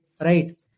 right